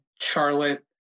Charlotte